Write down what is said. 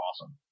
awesome